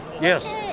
Yes